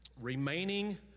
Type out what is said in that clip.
remaining